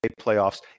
playoffs